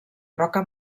roca